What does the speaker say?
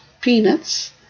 peanuts